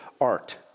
art